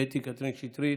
קטי קתרין שטרית,